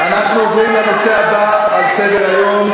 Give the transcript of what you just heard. אנחנו עוברים לנושא הבא על סדר-היום: